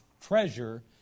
treasure